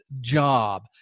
job